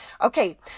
Okay